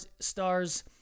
stars